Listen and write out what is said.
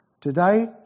Today